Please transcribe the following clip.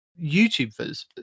youtubers